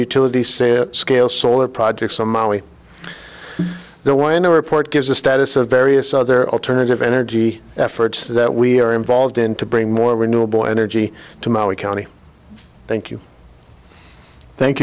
utilities say it scale solar projects some of the way in a report gives the status of various other alternative energy efforts that we are involved in to bring more renewable energy to maui county thank you thank